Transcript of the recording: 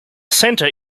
centre